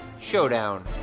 Showdown